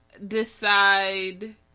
decide